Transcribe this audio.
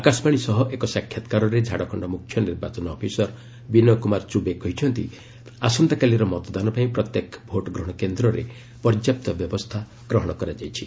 ଆକାଶବାଣୀ ସହ ଏକ ସାକ୍ଷାତକାରରେ ଝାଡ଼ଖଣ୍ଡ ମୁଖ୍ୟ ନିର୍ବାଚନ ଅଫିସର ବିନୟ କୁମାର ଚୁବେ କହିଛନ୍ତି ଆସନ୍ତାକାଲିର ମତଦାନ ପାଇଁ ପ୍ରତ୍ୟେକ ଭୋଟ୍ ଗ୍ରହଣ କେନ୍ଦ୍ରରେ ପର୍ଯ୍ୟାପ୍ତ ବ୍ୟବସ୍ଥା ଗ୍ରହଣ କରାଯାଇଛି